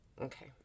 Okay